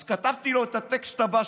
אז כתבתי לו את הטקסט הבא,